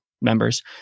members